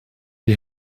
wir